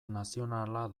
nazionala